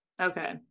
Okay